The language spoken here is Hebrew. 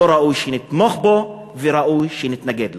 לא ראוי שנתמוך בו וראוי שנתנגד לו.